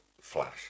flash